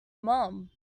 mum